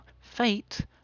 Fate